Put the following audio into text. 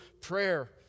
prayer